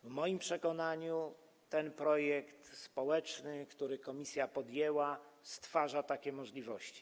W moim przekonaniu ten projekt społeczny, który komisja podjęła, stwarza takie możliwości.